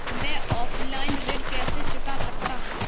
मैं ऑफलाइन ऋण कैसे चुका सकता हूँ?